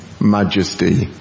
majesty